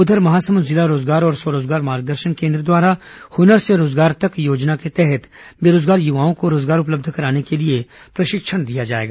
उधर महासमुंद जिला रोजगार और स्व रोजगार मार्गदर्शन केन्द्र द्वारा हुनर से रोजगार तक योजना के तहत बेरोजगार युवाओं को रोजगार उपलब्ध कराने प्रशिक्षण दिया जाएगा